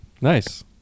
Nice